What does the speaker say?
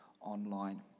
online